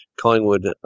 Collingwood